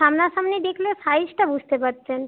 সামনাসামনি দেখলে সাইজটা বুঝতে পারতেন